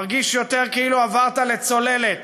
מרגיש יותר כאילו עברת לצוללת.